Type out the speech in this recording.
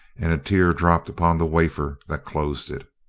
and a tear dropped upon the wafer that closed it.